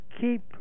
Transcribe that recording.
keep